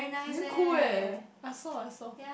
it didn't cool leh I saw I saw